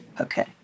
Okay